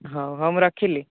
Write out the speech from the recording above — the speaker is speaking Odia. ହଉ ହଉ ମୁଁ ରଖିଲି